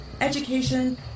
education